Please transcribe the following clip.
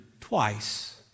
twice